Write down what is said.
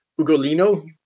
Ugolino